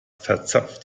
verzapft